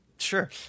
Sure